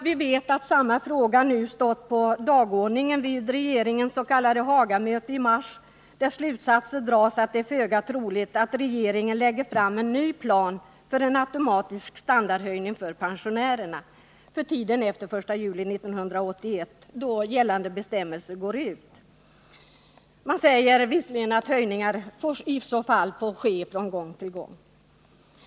Vi vet att samma fråga nu stått på dagordningen vid regeringens s.k. Hagamöte i mars och att den slutsats som kan dras är att det är föga troligt att regeringen lägger fram en ny plan för en automatisk standardhöjning för pensionärerna för tiden efter den 1 juli 1981, då nu gällande bestämmelser går ut. I stället får höjningar ske från gång till gång.